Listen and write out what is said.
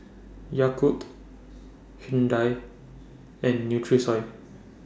Yakult Hyundai and Nutrisoy